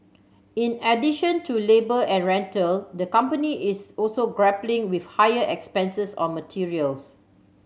in addition to labour and rental the company is also grappling with higher expenses on materials